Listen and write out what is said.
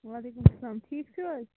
وعلیکم اسلام ٹھیٖکھ چھِو حظ